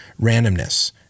randomness